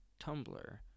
Tumblr